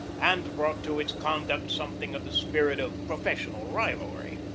and brought to its conduct something of the spirit of professional rivalry.